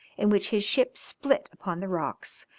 in which his ship split upon the rocks,